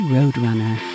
Roadrunner